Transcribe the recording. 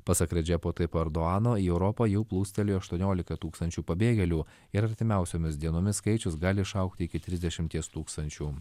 pasak redžepo tajipo erduano į europą jų plūstelėjo aštuoniolika tūkstančių pabėgėlių ir artimiausiomis dienomis skaičius gali išaugti iki trisdešimties tūkstančių